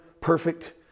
perfect